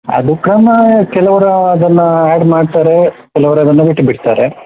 ಅದು ಕ್ರಮ ಕೆಲವರು ಅದನ್ನು ಆ್ಯಡ್ ಮಾಡ್ತಾರೆ ಕೆಲವ್ರು ಅದನ್ನು ಬಿಟ್ಟುಬಿಡ್ತಾರೆ